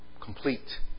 complete